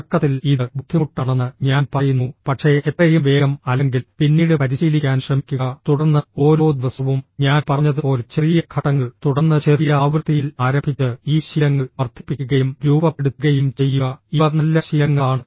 തുടക്കത്തിൽ ഇത് ബുദ്ധിമുട്ടാണെന്ന് ഞാൻ പറയുന്നു പക്ഷേ എത്രയും വേഗം അല്ലെങ്കിൽ പിന്നീട് പരിശീലിക്കാൻ ശ്രമിക്കുക തുടർന്ന് ഓരോ ദിവസവും ഞാൻ പറഞ്ഞതുപോലെ ചെറിയ ഘട്ടങ്ങൾ തുടർന്ന് ചെറിയ ആവൃത്തിയിൽ ആരംഭിച്ച് ഈ ശീലങ്ങൾ വർദ്ധിപ്പിക്കുകയും രൂപപ്പെടുത്തുകയും ചെയ്യുക ഇവ നല്ല ശീലങ്ങളാണ്